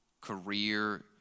career